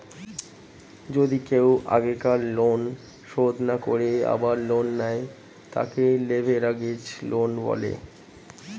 যদি কেও আগেকার লোন শোধ না করে আবার লোন নেয়, তাকে লেভেরাগেজ লোন বলে